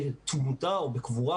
בתמותה או בקבורה,